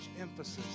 emphasis